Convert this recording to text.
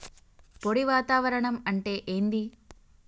పొడి వాతావరణం అంటే ఏంది?